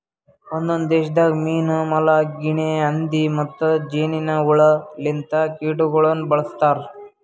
ಒಂದೊಂದು ದೇಶದಾಗ್ ಮೀನಾ, ಮೊಲ, ಗಿನೆ ಹಂದಿ ಮತ್ತ್ ಜೇನಿನ್ ಹುಳ ಲಿಂತ ಕೀಟಗೊಳನು ಬಳ್ಸತಾರ್